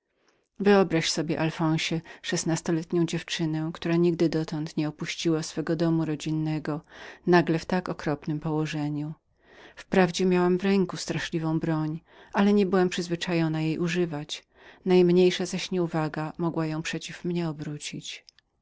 wyobraź sobie alfonsie szesnastoletnią dziewczynę która nigdy dotąd nie opuściła domu gdzie się była urodziła nagle w tak okropnem położeniu wprawdzie miałam w ręku straszliwą broń ale nie byłam przyzwyczajoną jej używać najmniejsza zaś nieuwaga mogła ją przeciw mnie obrócić